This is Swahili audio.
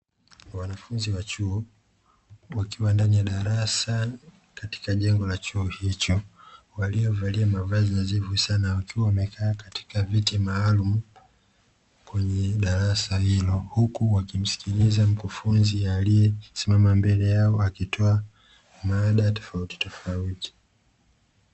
Wanafunzi wa chuo, wakiwa ndani ya darasa katika jengo la chuo hicho, waliovalia mavazi nadhifu sana, wakiwa wamekaa katika viti maalumu kwenye darasa hilo, huku wakimsikiliza mkufunzi aliyesimama mbele yao akitoa mada tofautitofauti.